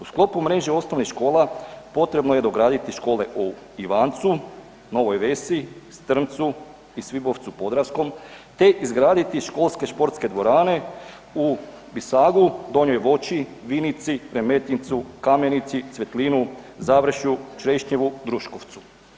U sklopu mreže osnovnih škola, potrebno je dograditi škole u Ivancu, Novoj Vesi, Strmcu i Svibovcu Podravskom te izgraditi školske-športske dvorane u Bisagu, Donjoj Voći, Vinici, ... Kamenici, Cvetlinu, Završju, Črešnjevu, Druškovcu.